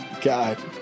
God